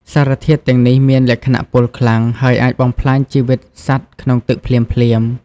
សារធាតុទាំងនេះមានលក្ខណៈពុលខ្លាំង ហើយអាចបំផ្លាញជីវិតសត្វក្នុងទឹកភ្លាមៗ។